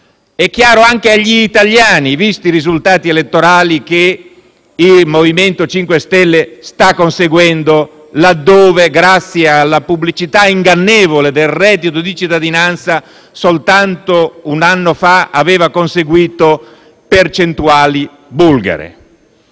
È chiaro anche agli italiani, visti i risultati elettorali che il MoVimento 5 Stelle sta conseguendo laddove, grazie alla pubblicità ingannevole del reddito di cittadinanza, soltanto un anno fa aveva conseguito percentuali bulgare.